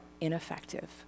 ineffective